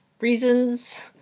reasons